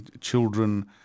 children